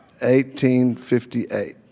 1858